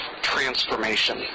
transformation